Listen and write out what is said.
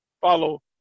follow